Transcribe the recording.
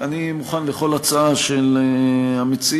אני מוכן לכל הצעה של המציעים,